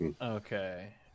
Okay